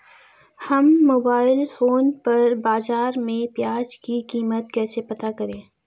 हम mobile phone पर बाज़ार में प्याज़ की कीमत कैसे पता करें?